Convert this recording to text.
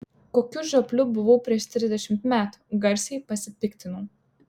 kokiu žiopliu buvau prieš trisdešimt metų garsiai pasipiktinau